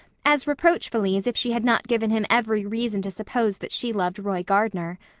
as reproachfully as if she had not given him every reason to suppose that she loved roy gardner.